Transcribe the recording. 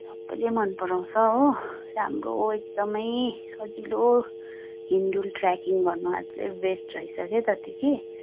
सबैले मनपराउँछ हो राम्रो एकदमै सजिलो हिँडडुल ट्र्याकिङ गर्न अझै बेस्ट रहेछ के त्यो कि